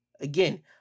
again